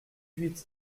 huit